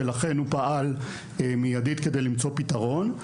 ולכן הוא פעל מיידית כדי למצוא פתרון,